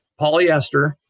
polyester